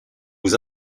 aux